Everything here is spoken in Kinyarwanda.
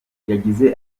yagize